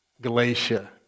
Galatia